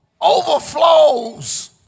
overflows